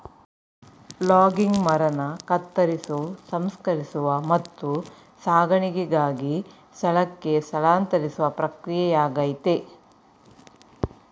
logging ಮರನ ಕತ್ತರಿಸೋ ಸಂಸ್ಕರಿಸುವ ಮತ್ತು ಸಾಗಣೆಗಾಗಿ ಸ್ಥಳಕ್ಕೆ ಸ್ಥಳಾಂತರಿಸುವ ಪ್ರಕ್ರಿಯೆಯಾಗಯ್ತೆ